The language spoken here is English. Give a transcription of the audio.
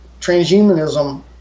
transhumanism